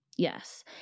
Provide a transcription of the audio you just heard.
Yes